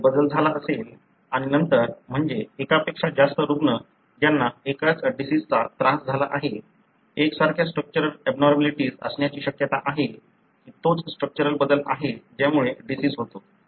जर बदल झाला असेल आणि नंतर म्हणजे एकापेक्षा जास्त रुग्ण ज्यांना एकाच डिसिजचा त्रास झाला आहे एकसारख्या स्ट्रक्चरल एबनॉर्मलिटीज असण्याची शक्यता आहे की तोच स्ट्रक्चरल बदल आहे ज्यामुळे डिसिज होतो